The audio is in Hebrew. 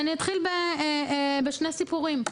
אתחיל בשני סיפורים.